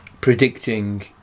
predicting